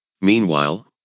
Meanwhile